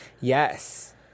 Yes